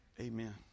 Amen